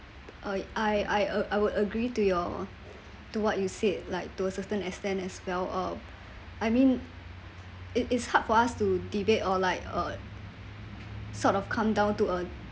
uh I I I would agree to your to what you said like to a certain extent as well uh I mean it it's hard for us to debate or like uh sort of come down to uh